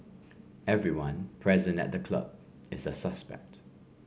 everyone present at the club is a suspect